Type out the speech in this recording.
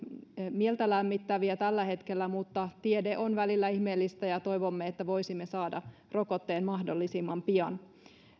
mieltä lämmittäviä tällä hetkellä mutta tiede on välillä ihmeellistä ja toivomme että voisimme saada rokotteen mahdollisimman pian